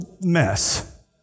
mess